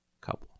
couple